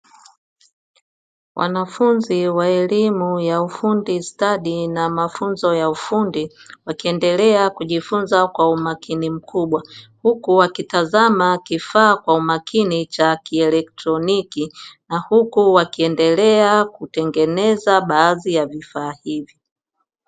Wanafunzi wa elimu ya ufundi stadi na mafunzo ya ufundi, wakiendelea kujifunza kwa umakini mkubwa, huku wakitazama kifaa kwa umakini cha kieletroniki na huku wakiendelea kutengeneza baadhi ya vifaa hivyo.